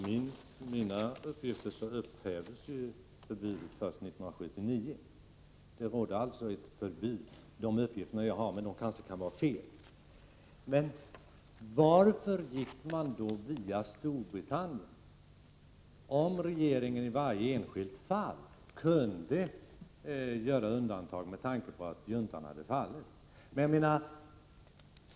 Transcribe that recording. Fru talman! Enligt de uppgifter jag har upphävdes förbudet först 1979. Det rådde alltså exportförbud enligt de uppgifter som jag har, men de kanske kan vara felaktiga. Med tanke på att militärjuntan i Grekland hade fallit undrar jag varför man lät exporten gå via Storbritannien, om regeringen i varje enskilt fall kunde göra undantag.